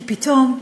כי פתאום,